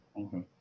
okay